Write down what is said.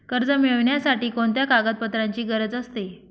कर्ज मिळविण्यासाठी कोणत्या कागदपत्रांची गरज असते?